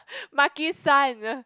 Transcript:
Makisan